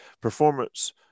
performance